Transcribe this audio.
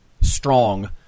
strong